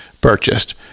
purchased